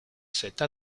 cette